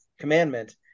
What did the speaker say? commandment